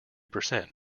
percent